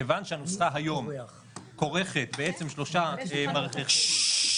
כיוון שהנוסחה היום כורכת שלושה מרכיבים,